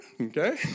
okay